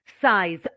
size